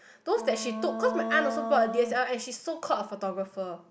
those that she took cause my aunt also bought a D_S_L_R and she's so called a photographer